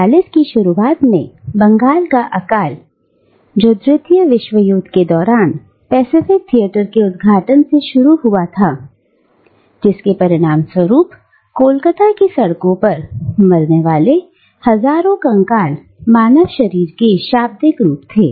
1940 की शुरुआत में बंगाल का अकाल जो द्वितीय विश्वयुद्ध के दौरान पेसिफिक थिएटर के उद्घाटन से शुरू हुआ था जिसके परिणाम स्वरूप कोलकाता की सड़कों पर मरने वाले हजारों कंकाल मानव शरीर के शाब्दिक रूप से थे